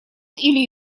или